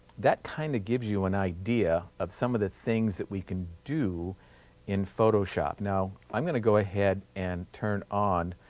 that kind of gives you an idea of some of the things that we can do in photoshop. now, i'm going to go ahead and turn on,